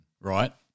right